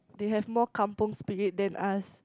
they have more Kampung Spirit than us